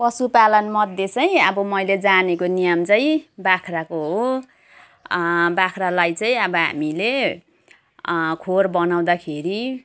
पशुपालनमध्ये चाहिँ अब मैले जानेको नियम चाहिँ बाख्राको हो बाख्रालाई चाहिँ अब हामीले खोर बनाउँदाखेरि